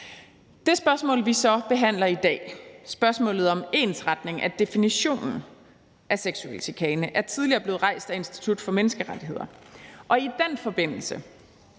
Det spørgsmål, som vi behandler i dag, nemlig spørgsmålet om en ensretning af definitionen af seksuel chikane, er tidligere blevet rejst af Institut for Menneskerettigheder. I den forbindelse